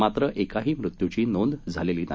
मात्र एकाही मृत्यूची नोंद झालेली नाही